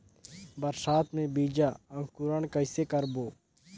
बरसात मे बीजा अंकुरण कइसे करबो?